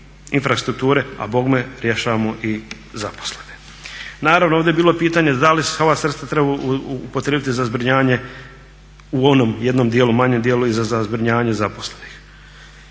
infrastrukture a bogme rješavamo i zaposlene. Naravno ovdje je bilo i pitanje da li se ova sredstva trebaju upotrijebiti za zbrinjavanje u onom jednom dijelu, manjem dijelu i za zbrinjavanje zaposlenih.